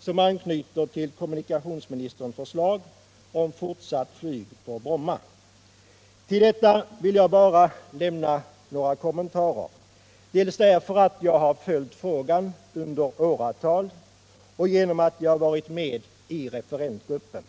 som anknyter till kommunikationsministerns förslag om fortsatt flyg på Bromma. Till detta vill jag bara lämna några kommentarer dels därför att jag följt frågan under åratal, dels därför att jag varit med i referensgruppen.